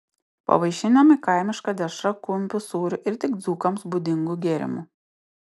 pavaišinami kaimiška dešra kumpiu sūriu ir tik dzūkams būdingu gėrimu